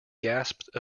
gasped